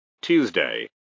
tuesday